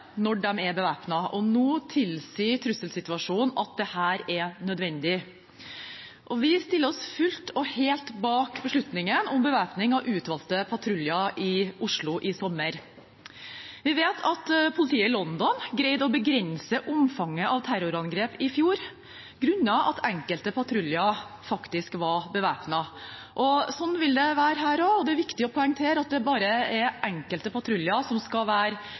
når de er bevæpnet, og nå tilsier trusselsituasjonen at dette er nødvendig. Vi stiller oss fullt og helt bak beslutningen om bevæpning av utvalgte patruljer i Oslo i sommer. Vi vet at politiet i London greide å begrense omfanget av terrorangrep i fjor, grunnet det at enkelte patruljer faktisk var bevæpnet. Slik vil det også være her. Det er viktig å poengtere at bare enkelte patruljer skal være